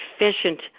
efficient